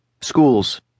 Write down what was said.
Schools